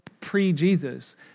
pre-Jesus